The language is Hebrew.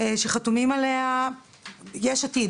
שחתומים עליה המפלגות הבאות: יש עתיד,